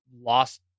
lost